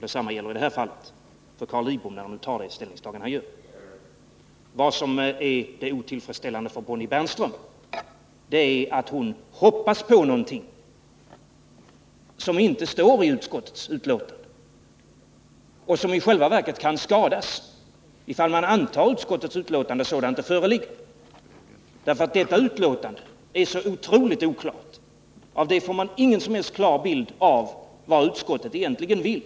Detsamma gäller i detta fall Carl Lidboms ställningstagande. Det otillfredsställande för Bonnie Bernström är att hon hoppas på någonting som inte står i utskottets betänkande och som i själva verket kan skada, ifall man godtar utskottets betänkande sådant det föreligger. Detta betänkande är så otroligt oklart. Av det får man ingen som helst klar bild av vad utskottet egentligen vill.